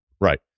Right